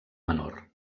menor